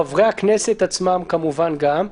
חברי הכנסת עצמם כמובן גם,